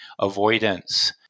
avoidance